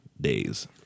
days